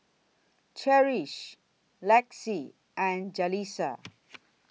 Cherish Laci and Jaleesa